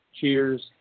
cheers